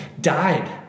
died